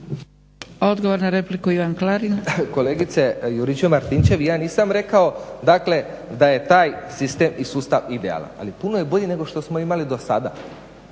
Klarin. **Klarin, Ivan (SDP)** Kolegice Juričev-Martinčev ja nisam rekao dakle da je taj sistem i sustav idealan ali puno je bolji nego što smo imali do sada.